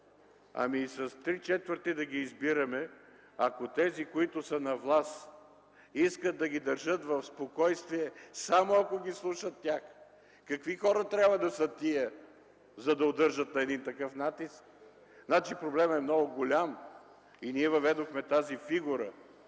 Ами и с три четвърти да ги избираме, ако тези, които са на власт, искат да ги държат в спокойствие само ако ги слушат тях, какви хора трябва да са тези, за да удържат на такъв натиск? Значи проблемът е много голям и ние въведохме тази фигура